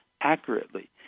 accurately